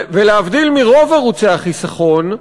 ולהבדיל מרוב ערוצי החיסכון,